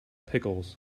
pickles